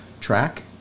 track